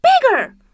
bigger